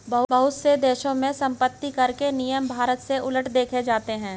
बहुत से देशों में सम्पत्तिकर के नियम भारत से उलट देखे जाते हैं